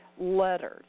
letters